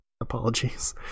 Apologies